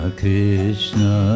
Krishna